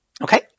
okay